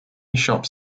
shops